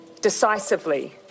decisively